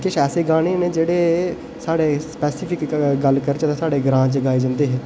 ते किश ऐसे गाने न जेह्ड़े साढ़े स्पेसिफिक गल्ल करचै ते साढ़े ग्रांऽ च गाये जंदे हे